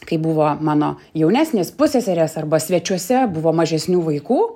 kai buvo mano jaunesnės pusseserės arba svečiuose buvo mažesnių vaikų